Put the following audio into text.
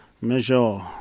measure